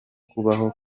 kubaho